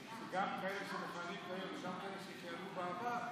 גם כאלה שמכהנים כיום וגם כאלה שכיהנו בעבר,